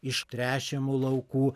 iš tręšiamų laukų